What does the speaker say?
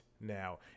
now